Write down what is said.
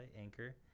Anchor